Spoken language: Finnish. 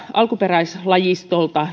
alkuperäislajistolta